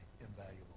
invaluable